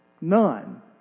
none